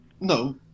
No